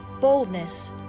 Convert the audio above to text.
boldness